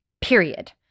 Period